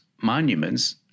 monuments